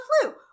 flu